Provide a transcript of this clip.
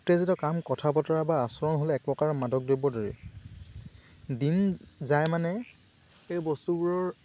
উত্তেজিত কাম কথা বতৰা বা আচৰণ হ'লে এক প্ৰকাৰৰ মাদক দ্ৰব্যৰ দৰেই দিন যাই মানে এই বস্তুবোৰৰ